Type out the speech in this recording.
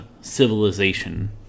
civilization